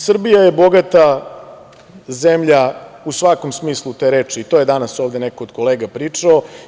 Srbija je bogata zemlja u svakom smislu te reči, to je danas ovde neko od kolega pričao.